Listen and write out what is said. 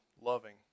loving